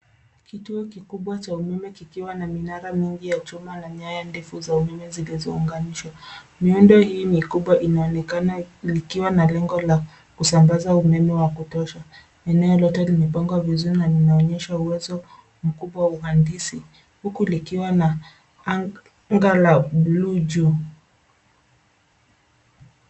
Kituo kikubwa cha umeme kikiwa na minara mingi ya chuma na nyaya ndefu za umeme zilizo unganishwa. Miundo hii ni kubwa inaonekana likiwa na lengo la kusambaza umeme wa kutosha. Eneo lote limepangwa vizuri na lina onyesha uwezo mkubwa uhandisi. Huku likiwa na anga la bluu juu.